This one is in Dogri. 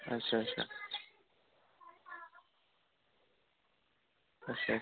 अच्छा अच्छा अच्छा अच्छा